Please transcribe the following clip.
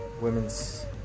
women's